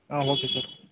ಹಾಂ okay sir